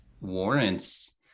warrants